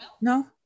No